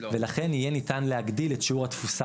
ולכן יהיה ניתן להגדיל את שיעור התפוסה